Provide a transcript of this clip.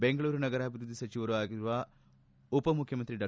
ಬೆಂಗಳೂರು ನಗರಾಭಿವೃದ್ಧಿ ಸಚಿವರೂ ಆದ ಉಪಮುಖ್ಯಮಂತ್ರಿ ಡಾ